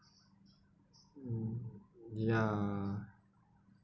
mm ya